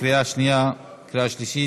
קריאה שנייה וקריאה שלישית.